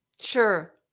Sure